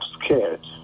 scared